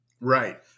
Right